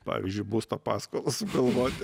pavyzdžiui būsto paskolą sugalvoti